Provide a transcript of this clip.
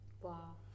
Wow